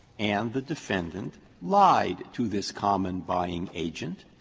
and the defendant lied to this common buying agent,